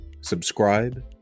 subscribe